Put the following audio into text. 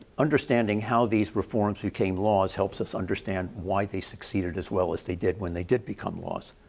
understanding how these reforms became laws helps us understand why they succeeded as well as they did when they did become laws.